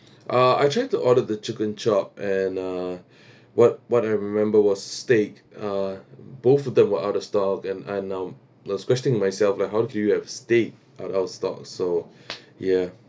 uh I try to order the chicken chop and uh what what I remember was steak uh both of them were out of stock and I um was questioning myself lah how do you have steak out of stock so ya